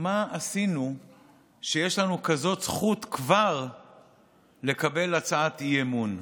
מה עשינו שיש לנו כזאת זכות כבר לקבל הצעת אי-אמון.